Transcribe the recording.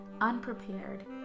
unprepared